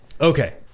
Okay